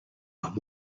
los